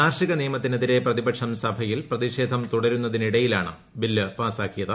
കാർഷിക നിയമത്തിനെതിരെ പ്രതിപക്ഷം സഭയിൽ പ്രതിഷേധം തുടരുന്നതിനിടയിലാണ് ബിൽ പാസാക്കിയത്